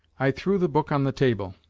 i threw the book on the table.